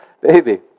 baby